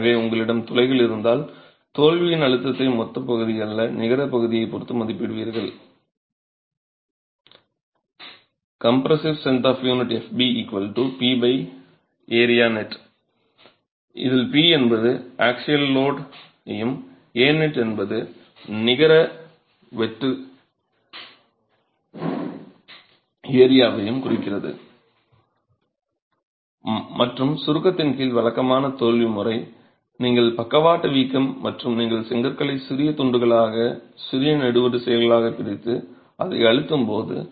எனவே உங்களிடம் துளைகள் இருந்தால் தோல்வியின் அழுத்தத்தை மொத்தப் பகுதி அல்ல நிகரப் பகுதியைப் பொறுத்து மதிப்பிடுவீர்கள் மற்றும் சுருக்கத்தின் கீழ் வழக்கமான தோல்வி முறை நீங்கள் பக்கவாட்டு வீக்கம் மற்றும் நீங்கள் செங்கற்களை சிறிய துண்டுகளாக சிறிய நெடுவரிசைகளாகப் பிரித்து அதை அழுத்தும் போது